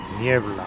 niebla